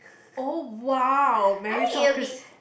oh !wow! meritocracy